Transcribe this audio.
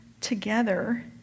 together